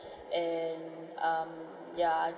and um yeah I